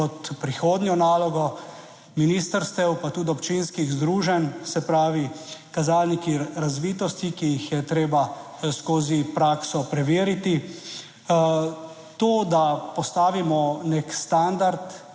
kot prihodnjo nalogo ministrstev, pa tudi občinskih združenj, se pravi, kazalniki razvitosti, ki jih je treba skozi prakso preveriti. To, da postavimo nek standard,